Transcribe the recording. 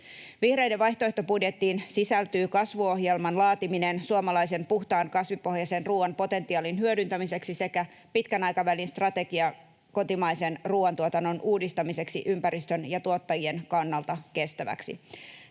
Vihreiden vaihtoehtobudjettiin sisältyy kasvuohjelman laatiminen suomalaisen puhtaan kasvipohjaisen ruuan potentiaalin hyödyntämiseksi sekä pitkän aikavälin strategia kotimaisen ruuantuotannon uudistamiseksi ympäristön ja tuottajien kannalta kestäväksi.